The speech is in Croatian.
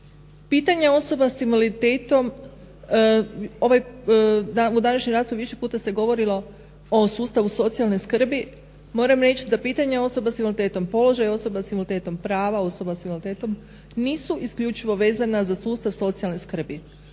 Pitanje osoba s invaliditetom u današnjoj raspravi više se puta govorilo o sustavu socijalne skrbi. Moram reći da pitanje osoba s invaliditetom, položaj osoba s invaliditetom, prava osoba s invaliditetom nisu isključivo vezana za sustav socijalne skrbi.